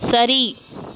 சரி